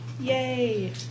Yay